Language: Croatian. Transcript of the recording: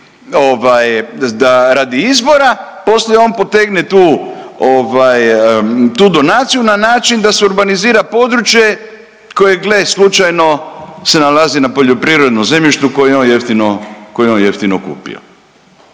ovaj radi izbora, poslije on potegne tu ovaj tu donaciju na način da si urbanizira područje koje gle slučajno se nalazi na poljoprivrednom zemljištu koje je on jeftino, koje